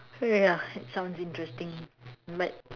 ya sounds interesting but